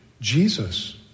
Jesus